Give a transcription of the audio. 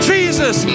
Jesus